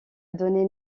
donné